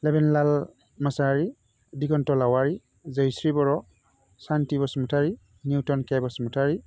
Lebenlal Mosahary Digant Lahary Jaishree Boro Shanti Basumatary Newton K Basumatary